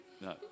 no